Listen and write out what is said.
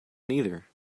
neither